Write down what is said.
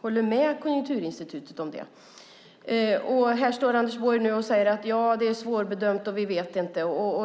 håller med Konjunkturinstitutet om det. Nu säger Anders Borg att det är svårbedömt och att vi inte vet.